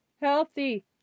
healthy